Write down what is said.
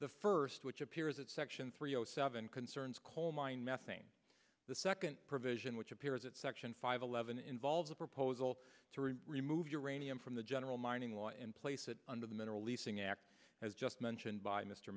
the first which appears at section three zero seven concerns coal mine methane the second provision which appears that section five eleven involves a proposal to remove uranium from the general mining law and place it under the mineral leasing act as just mentioned by mr